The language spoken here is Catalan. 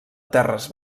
terres